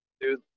Dude